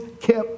kept